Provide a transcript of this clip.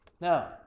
Now